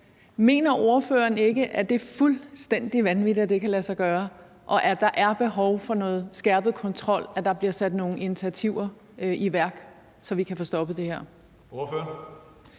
Mener ordføreren ikke, at det er fuldstændig vanvittigt, at det kan lade sig gøre, og at der er behov for noget skærpet kontrol, at der bliver sat nogle initiativer i værk, så vi kan få stoppet det her?